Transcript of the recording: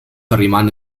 rimane